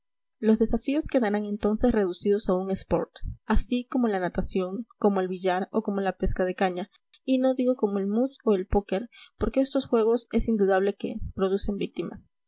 los desafíos quedarán entonces reducidos a un sport así como la natación como el billar o como la pesca de caña y no digo como el mus o el poker porque estos juegos es indudable que producen víctimas